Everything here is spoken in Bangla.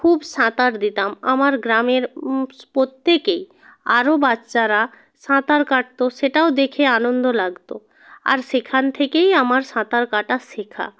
খুব সাঁতার দিতাম আমার গ্রামের প্রত্যেকেই আরও বাচ্চারা সাঁতার কাটত সেটাও দেখে আনন্দ লাগত আর সেখান থেকেই আমার সাঁতার কাটা শেখা